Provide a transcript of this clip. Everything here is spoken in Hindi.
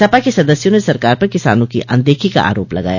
सपा के सदस्यों ने सरकार पर किसानों की अनदेखी का आरोप लगाया